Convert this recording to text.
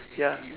ya